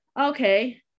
Okay